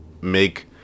make